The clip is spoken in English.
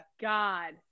God